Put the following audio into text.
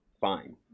fine